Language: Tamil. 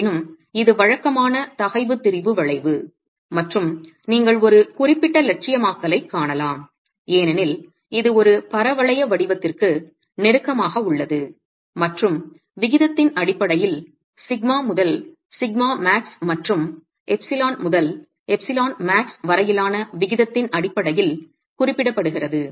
இருப்பினும் இது வழக்கமான தகைவு திரிபு வளைவு மற்றும் நீங்கள் ஒரு குறிப்பிட்ட இலட்சியமயமாக்கலைக் காணலாம் ஏனெனில் இது ஒரு பரவளைய வடிவத்திற்கு நெருக்கமாக உள்ளது மற்றும் விகிதத்தின் அடிப்படையில் σ முதல் σmax மற்றும் ε முதல் εmax வரையிலான விகிதத்தின் அடிப்படையில் குறிப்பிடப்படுகிறது